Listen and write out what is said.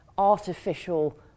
artificial